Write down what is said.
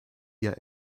wir